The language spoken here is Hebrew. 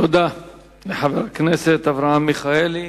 תודה לחבר הכנסת אברהם מיכאלי.